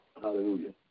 Hallelujah